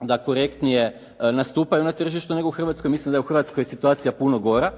da korektnije nastupaju na tržištu nego u Hrvatskoj, mislim da je u Hrvatskoj situacija puno gora